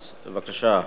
בבקשה.